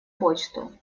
почту